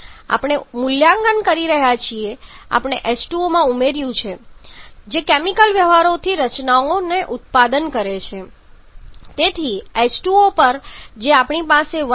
આપણે મૂલ્યાંકન કરી રહ્યા છીએ કે આપણે H2O માં ઉમેર્યું છે કે જે કેમિકલ વ્યવહારોથી રચનાઓ ઉત્પાદન કરે છે તેથી H2O પર જે આપણી પાસે છે તે 1